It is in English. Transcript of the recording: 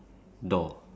like l~